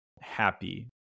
happy